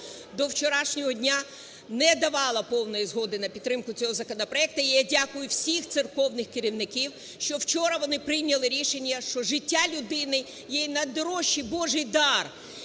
до вчорашнього дня не давала повної згоди на підтримку цього законопроекту. І я дякую всіх церковних керівників, що вчора вони прийняли рішення, що життя людини є найдорожчий божий дар.